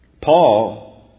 Paul